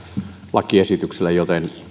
lakiesitykselle joten